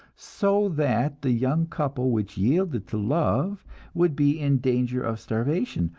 so that the young couple which yielded to love would be in danger of starvation,